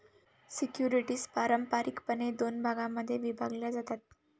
securities पारंपारिकपणे दोन भागांमध्ये विभागल्या जातात